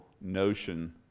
notion